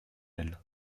elle